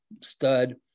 stud